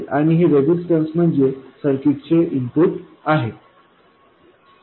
आणि हे रेजिस्टन्स म्हणजे सर्किटचे इनपुट आहे